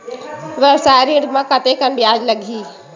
व्यवसाय ऋण म कतेकन ब्याज लगही?